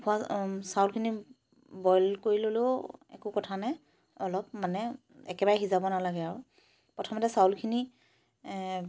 উখোৱা চাউলখিনি বইল কৰি ল'লেও একো কথা নাই অলপ মানে একেবাৰে সিজাব নালাগে আৰু প্ৰথমতে চাউলখিনি